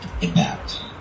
impact